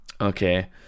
okay